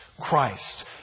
Christ